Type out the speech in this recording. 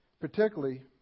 particularly